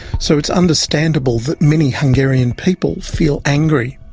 so it's understandable that many hungarian people feel angry.